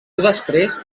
després